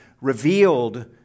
revealed